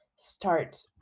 start